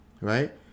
right